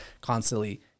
constantly